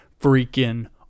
freaking